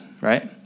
right